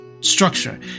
structure